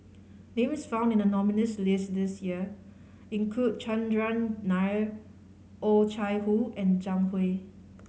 names found in the nominees' list this year include Chandran Nair Oh Chai Hoo and Zhang Hui